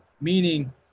Meaning